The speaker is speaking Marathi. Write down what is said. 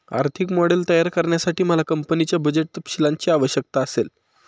आर्थिक मॉडेल तयार करण्यासाठी मला कंपनीच्या बजेट तपशीलांची आवश्यकता असेल